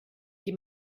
die